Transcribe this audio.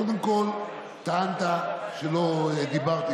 קודם כול, טענת שלא דיברתי.